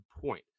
point